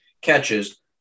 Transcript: catches